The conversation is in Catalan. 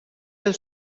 del